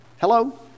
hello